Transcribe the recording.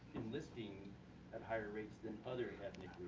enlisting at higher rates than other ethnic